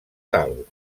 tal